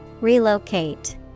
Relocate